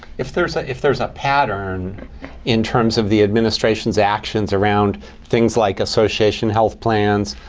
if there's ah if there's a pattern in terms of the administration's actions around things like association health plans,